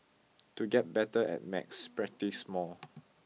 to get better at maths practise more